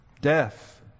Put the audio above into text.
Death